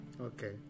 Okay